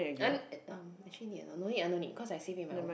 um actually need or not no need ah no need cause I save it in my own